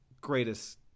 greatest—